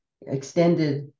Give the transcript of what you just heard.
extended